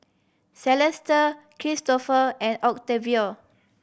Celeste Kristofer and Octavio